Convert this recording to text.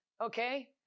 okay